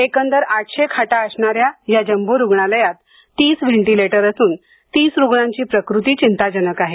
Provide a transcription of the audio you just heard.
एकंदर आठशे खाटा असणाऱ्या या जंबो रूग्णालयात तीस व्हेंटीलेटर असून तीस रुग्णांची प्रकृती चिंताजनक आहे